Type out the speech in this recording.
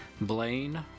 Blaine